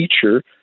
feature